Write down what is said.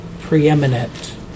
preeminent